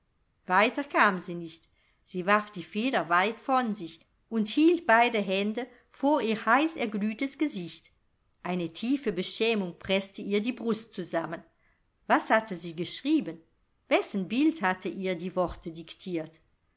weiter kam sie nicht sie warf die feder weit von sich und hielt beide hände vor ihr heißerglühtes gesicht eine tiefe beschämung preßte ihr die brust zusammen was hatte sie geschrieben wessen bild hatte ihr die worte diktiert